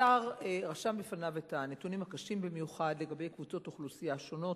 השר רשם לפניו את הנתונים הקשים במיוחד לגבי קבוצות אוכלוסייה שונות,